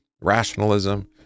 rationalism